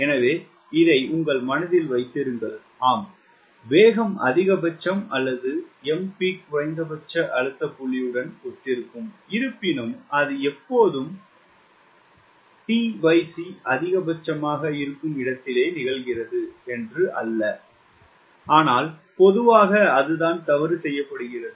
எனவே இதை உங்கள் மனதில் வைத்திருங்கள் ஆம் வேகம் அதிகபட்சம் அல்லது Mpeak குறைந்தபட்ச அழுத்த புள்ளியுடன் ஒத்திருக்கும் இருப்பினும் அது எப்போதும் tc அதிகபட்சமாக இருக்கும் இடத்தில் நிகழ்கிறது என்று அல்ல ஆனால் பொதுவாக அதுதான் தவறு செய்யப்படுகிறது